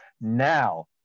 now